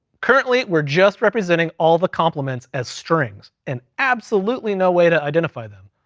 currently we're just representing all the complements as strings, and absolutely no way to identify them.